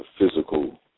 physical